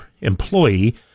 employee